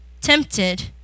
tempted